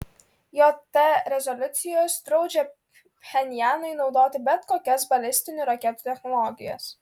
jt rezoliucijos draudžia pchenjanui naudoti bet kokias balistinių raketų technologijas